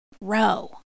Row